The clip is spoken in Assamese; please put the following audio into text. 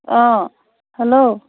অঁ হেল্ল'